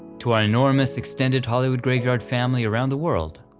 to our enormous extended hollywood graveyard family around the world.